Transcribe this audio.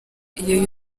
iyo